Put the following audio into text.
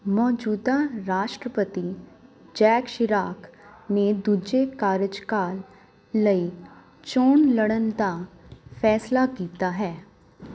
ਮੌਜੂਦਾ ਰਾਸ਼ਟਰਪਤੀ Jacques Chirac ਨੇ ਦੂਜੇ ਕਾਰਜਕਾਲ ਲਈ ਚੋਣ ਲੜਨ ਦਾ ਫੈਸਲਾ ਕੀਤਾ ਹੈ